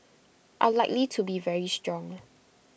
are likely to be very strong